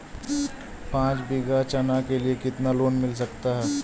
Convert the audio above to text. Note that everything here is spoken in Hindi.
पाँच बीघा चना के लिए कितना लोन मिल सकता है?